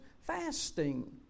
fasting